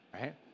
right